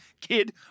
Kid